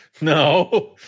no